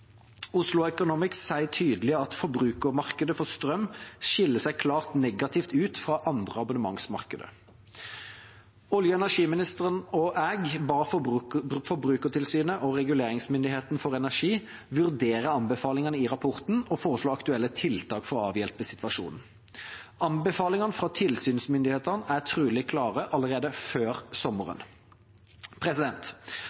Oslo Economics sier tydelig at forbrukermarkedet for strøm skiller seg klart negativt ut fra andre abonnementsmarkeder. Olje- og energiministeren og jeg ba Forbrukertilsynet og Reguleringsmyndigheten for energi vurdere anbefalingene i rapporten og foreslå aktuelle tiltak for å avhjelpe situasjonen. Anbefalingene fra tilsynsmyndighetene er trolig klare allerede før